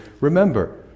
remember